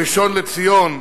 הראשון לציון,